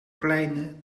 kleine